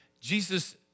Jesus